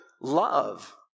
love